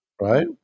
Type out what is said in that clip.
right